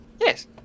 Yes